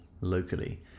locally